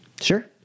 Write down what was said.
Sure